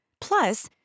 Plus